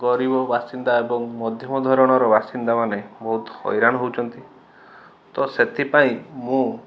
ଗରିବ ବାସିନ୍ଦା ଏବଂ ମଧ୍ୟମ ଧରଣର ବାସିନ୍ଦାମାନେ ବହୁତ ହଇରାଣ ହଉଛନ୍ତି ତ ସେଥିପାଇଁ ମୁଁ